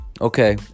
Okay